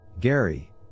Gary